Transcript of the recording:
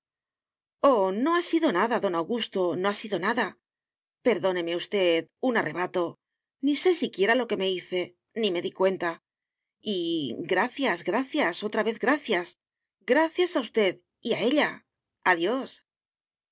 no ha sido nada don augusto no ha sido nada perdóneme usted un arrebato ni sé siquiera lo que me hice ni me di cuenta y gracias gracias otra vez gracias gracias a usted